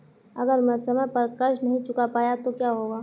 अगर मैं समय पर कर्ज़ नहीं चुका पाया तो क्या होगा?